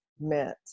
meant